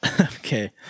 Okay